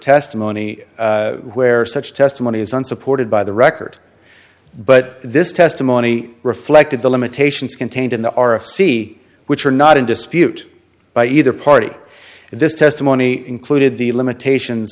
testimony where such testimony is unsupported by the record but this testimony reflected the limitations contained in the r of c which are not in dispute by either party and this testimony included the limitations